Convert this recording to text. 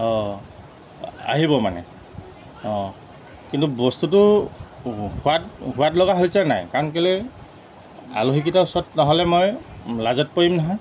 অঁ আহিব মানে অঁ কিন্তু বস্তুটো সোৱাদ সোৱাদ লগা হৈছে নাই কাৰণ কেলৈ আলহীকেইটা ওচৰত নহ'লে মই লাজত পৰিম নহয়